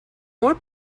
more